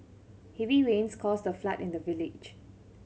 heavy rains caused a flood in the village